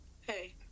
Hey